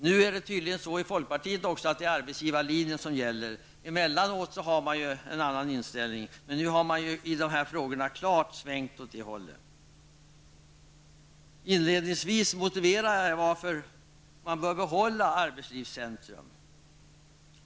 Nu är det tydligen arbetsgivarlinjen som gäller också i folkpartiet. Emellanåt har man ju en annan inställning, men nu har man i de här frågorna klart svängt åt arbetsgivarhållet. Inledningsvis motiverade jag varför man bör behålla arbetslivscentrum.